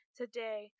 today